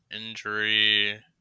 injury